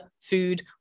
food